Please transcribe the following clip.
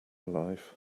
life